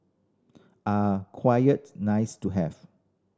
are quite nice to have